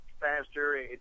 faster